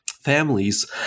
Families